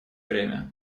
время